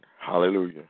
hallelujah